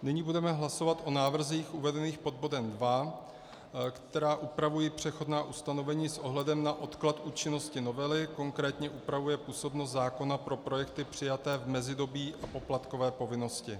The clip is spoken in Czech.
Nyní budeme hlasovat o návrzích uvedených pod bodem II, které upravují přechodná ustanovení s ohledem na odklad účinnosti novely, konkrétně upravuje působnost zákona pro projekty přijaté v mezidobí o poplatkové povinnosti.